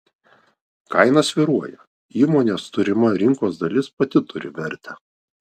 kaina svyruoja įmonės turima rinkos dalis pati turi vertę